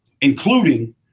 including